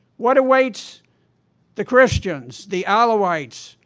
what awaits the christians, the ah alawites,